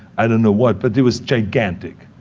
i don't know what. but it was gigantic,